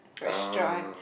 restaurant